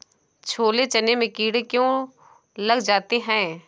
छोले चने में कीड़े क्यो लग जाते हैं?